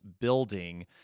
building